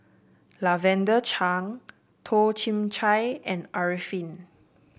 Lavender Chang Toh Chin Chye and Arifin